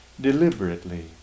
deliberately